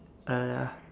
uh ya